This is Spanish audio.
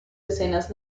escenas